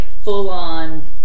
full-on